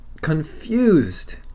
confused